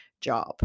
job